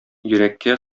йөрәккә